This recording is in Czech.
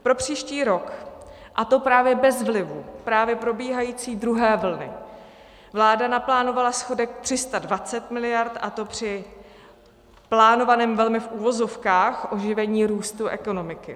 Pro příští rok, a to právě bez vlivu právě probíhající druhé vlny, vláda naplánovala schodek 320 mld., a to při plánovaném, velmi v uvozovkách, oživení růstu ekonomiky.